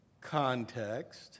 Context